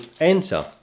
enter